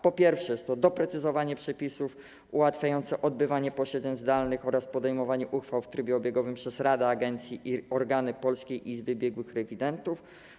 Po pierwsze, jest to doprecyzowanie przepisów ułatwiające odbywanie posiedzeń zdalnych oraz podejmowanie uchwał w trybie obiegowym przez radę agencji i organy Polskiej Izby Biegłych Rewidentów.